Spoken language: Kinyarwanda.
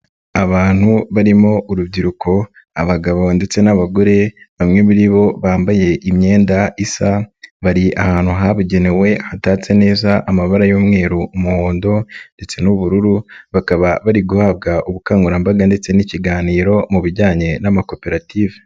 Abantu barimo urubyiruko, abagabo ndetse n'abagore bamwe muri bo bambaye imyenda isa, bari ahantu habugenewe hatatse neza amabara y'umweru, umuhondo ndetse n'ubururu, bakaba bari guhabwa ubukangurambaga ndetse n'ikiganiro mu bijyanye n'amakoperative.